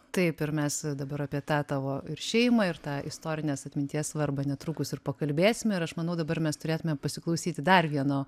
taip ir mes dabar apie tą tavo ir šeimą ir tą istorinės atminties svarbą netrukus ir pakalbėsim ir aš manau dabar mes turėtumėm pasiklausyti dar vieno